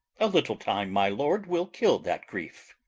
a little time, my lord, will kill that grief.